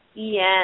Yes